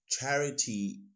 charity